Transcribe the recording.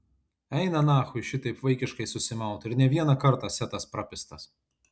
eina nachui šitaip vaikiškai susimaut ir ne vieną kartą setas prapistas